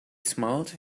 smiled